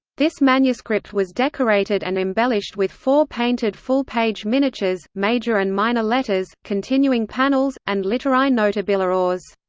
this manuscript was decorated and embellished with four painted full-page miniatures, major and minor letters, continuing panels, and litterae notibiliores.